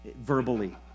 verbally